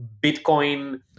Bitcoin